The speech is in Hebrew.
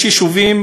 יש יישובים